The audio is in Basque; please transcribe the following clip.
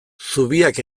zubiak